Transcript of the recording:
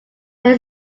there